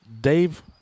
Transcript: Dave